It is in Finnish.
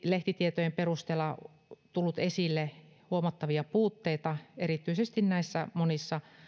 lehtitietojen perusteella on tullut esille huomattavia puutteita erityisesti näissä monissa